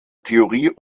theorie